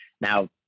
Now